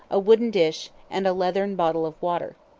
a wooden dish, and a leathern bottle of water.